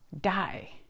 die